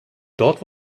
dort